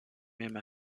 même